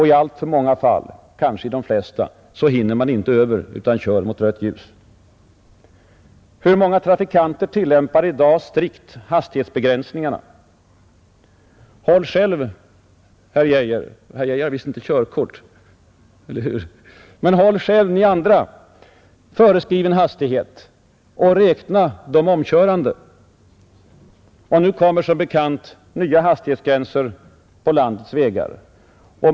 I alltför många fall — kanske i de allra flesta — hinner man inte över, utan kör mot rött ljus. Hur många trafikanter tillämpar i dag strikt hastighetsbegränsningarna? Herr Geijer har visst inte körkort, eller hur? Men håll själva, ni andra, föreskriven hastighet och räkna de omkörande! Då får ni se hur det förhåller sig med laglydnaden. Nu kommer som bekant nya hastighetsgränser på landets vägar.